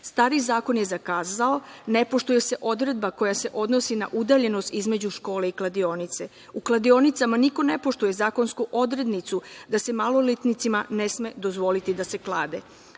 zakon je zakazao. Ne poštuje se odredba koja se odnosi na udaljenost između škole i kladionice. U kladionicama niko ne poštuje zakonsku odrednicu da se maloletnicima ne sme dozvoliti da se klade.